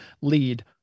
lead